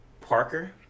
Parker